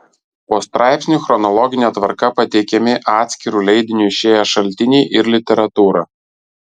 po straipsniu chronologine tvarka pateikiami atskiru leidiniu išėję šaltiniai ir literatūra